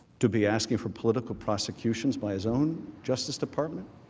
to be asking for political prosecutions by his own justice department